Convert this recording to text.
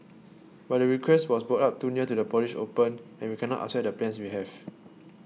but the request was brought up too near to the Polish Open and we cannot upset the plans we have